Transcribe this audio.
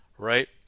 Right